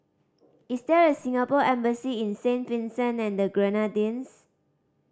is there a Singapore Embassy in Saint Vincent and the Grenadines